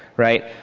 right?